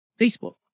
Facebook